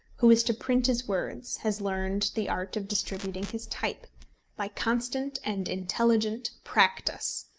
who is to print his words, has learned the art of distributing his type by constant and intelligent practice.